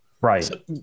Right